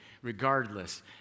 regardless